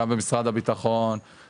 גם במשרד הביטחון,